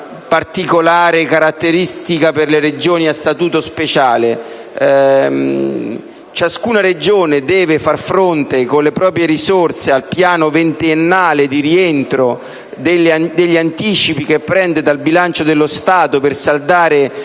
particolare caratteristica per le Regioni a statuto speciale. Ciascuna Regione deve far fronte con le proprie risorse al piano ventennale di rientro degli anticipi che prende dal bilancio dello Stato, per saldare